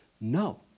No